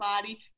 body